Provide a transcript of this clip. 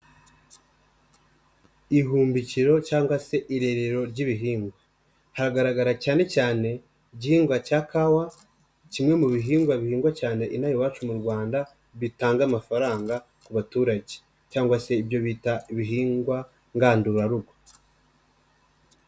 Ihumbikiro cyangwa se irerero ry'ibihingwa hagaragara cyane cyane igihingwa cya kawa kimwe mu bihingwa bihingwa cyane inaha iwacu mu Rwanda bitanga amafaranga ku baturage cyangwa se ibyo bita ibihingwa ngandurarugo.